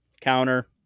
counter